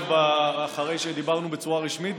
אחרי שדיברנו בצורה רשמית,